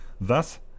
Thus